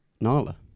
Nala